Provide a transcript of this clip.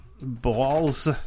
Balls